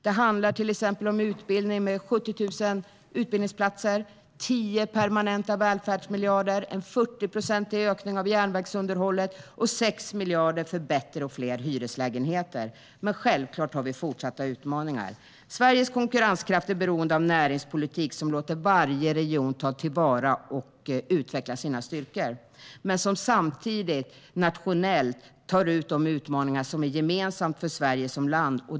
Det handlar till exempel om utbildning. Det är 70 000 utbildningsplatser, 10 permanenta välfärdsmiljarder, en 40-procentig ökning av järnvägsunderhållet och 6 miljarder för bättre och fler hyreslägenheter. Men självklart har vi fortsatta utmaningar. Sveriges konkurrenskraft är beroende av en näringspolitik som låter varje region ta till vara och utveckla sina styrkor. Men samtidigt ska den nationellt ta sig an de utmaningar som är gemensamma för Sverige som land.